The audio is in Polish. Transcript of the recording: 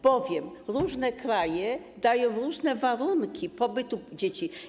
Bowiem różne kraje dają różne warunki pobytu dzieci.